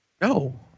No